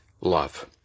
love